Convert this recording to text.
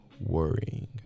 worrying